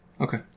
Okay